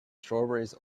strawberries